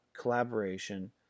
collaboration